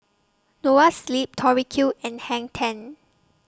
Noa Sleep Tori Q and Hang ten